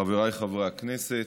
חבריי חברי הכנסת,